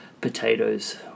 Potatoes